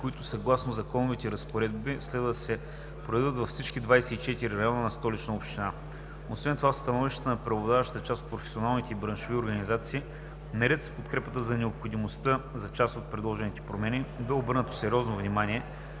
които съгласно законовите разпоредби следва да се проведат във всичките 24 района на Столичната община. Освен това в становищата на преобладаващата част от професионалните и браншови организации наред с подкрепата за необходимостта за част от предложените промени, бе обърнато сериозно внимание